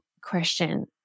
question